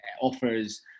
offers